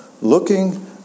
Looking